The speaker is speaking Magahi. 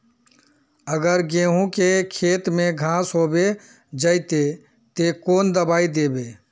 अगर गहुम के खेत में घांस होबे जयते ते कौन दबाई दबे?